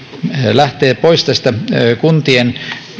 lähtee pois kuntien